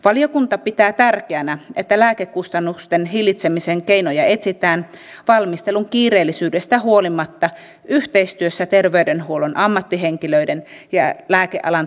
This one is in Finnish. valiokunta pitää tärkeänä että lääkekustannusten hillitsemisen keinoja etsitään valmistelun kiireellisyydestä huolimatta yhteistyössä terveydenhuollon ammattihenkilöiden ja lääkealan toimijoiden kanssa